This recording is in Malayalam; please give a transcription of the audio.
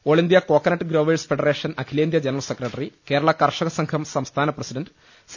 all India coconut growers federation അഖിലേന്ത്യാ ജനറൽ സെക്രട്ടറി കേരള കർഷക സംഘം സംസ്ഥാന പ്രസിഡണ്ട് സി